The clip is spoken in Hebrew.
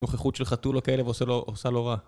נוכחות של חתול או כאלה עושה לו רע